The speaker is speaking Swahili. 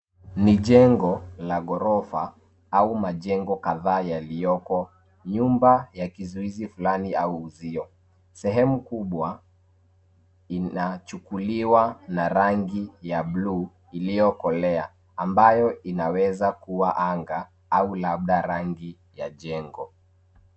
Ni jengo, la ghorofa, au majengo kadhaa yaliko, nyumba, ya kizuizi fulani au uzio, sehemu kubwa, inachukuliwa na, rangi ya bluu, ilikolea, ambayo inaweza, kuwa anga, au labda rangi ya jengo.